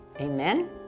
amen